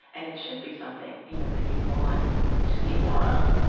and it should be something, you know, that you want to see more of,